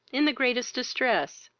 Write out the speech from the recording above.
in the greatest distress